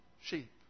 sheep